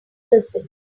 listen